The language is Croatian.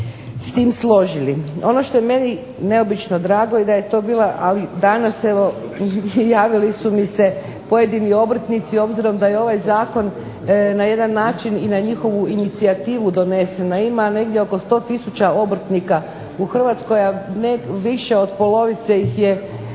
s tim složili. Ono što je meni neobično drago je da je to bila, ali danas evo javili su mi se pojedini obrtnici obzirom da je ovaj zakon na jedan način i na njihovu inicijativu donesen, a ima negdje oko 100 tisuća obrtnika u Hrvatskoj, a više od polovice ih je